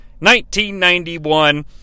1991